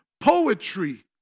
poetry